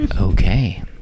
Okay